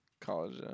College